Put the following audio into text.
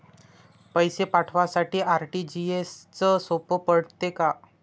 पैसे पाठवासाठी आर.टी.जी.एसचं सोप पडते का?